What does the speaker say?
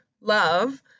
love